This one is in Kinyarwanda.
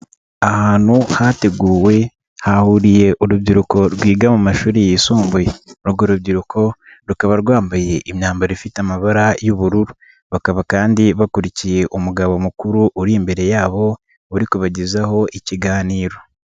Ahantu hateguwe hahuriye urubyiruko rwiga mu mashuri yisumbuye urwo rubyiruko rukaba rwambaye imyambaro ifite amabara y'ubururu bakaba kandi bakurikiye umugabo mukuru uri imbere yabo uri kubagezaho ikiganiro.